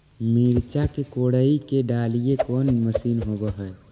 मिरचा के कोड़ई के डालीय कोन मशीन होबहय?